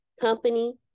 company